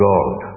God